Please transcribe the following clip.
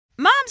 Moms